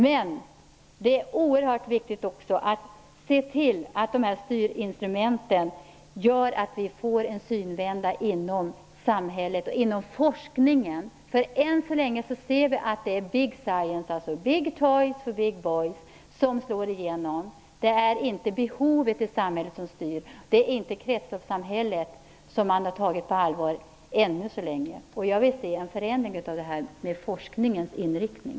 Men det är oerhört viktigt också att se till att styrinstrumenten gör att vi får en synvända inom samhället och inom forskningen. Än så länge ser vi att det är big science, big toys for big boys, som slår igenom. Det är inte behoven i samhället som styr. Man har än så länge inte tagit kretsloppssamhället på allvar. Jag vill se en förändring av forskningens inriktning.